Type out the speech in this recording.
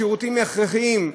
שירותים הכרחיים.